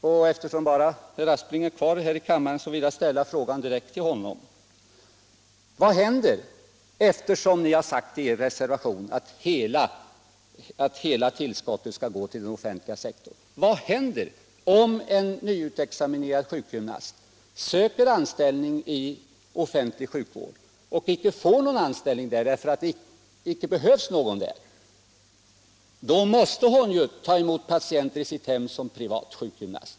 Jag vill direkt fråga herr Aspling, som är kvar här i kammaren: Ni har sagt i er reservation att hela tillskottet skall gå till den offentliga sektorn, men vad händer om en nyutexaminerad sjukgymnast söker anställning i offentlig sjukvård och inte får någon anställning därför att det inte finns någon plats ledig? Då måste hon ju ta emot patienter i sitt hem som privatpraktiker.